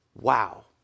Wow